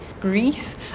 greece